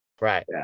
Right